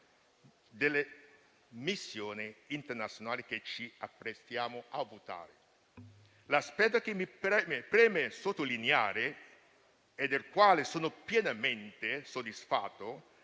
delle missioni internazionali che ci apprestiamo a votare. L'aspetto che mi preme sottolineare (e del quale sono pienamente soddisfatto)